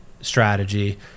strategy